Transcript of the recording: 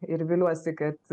ir viliuosi kad